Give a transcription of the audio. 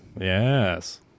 Yes